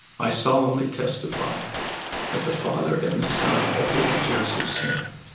i solemnly testify that the father and the son appeared to joseph smith,